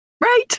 Right